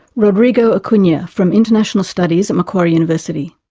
rodrigo acuna from international studies at macquarie university.